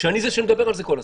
שאני זה שמדבר על זה כל הזמן.